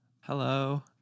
Hello